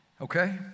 Okay